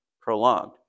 prolonged